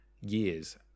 years